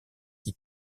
qui